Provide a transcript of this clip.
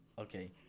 Okay